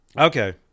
Okay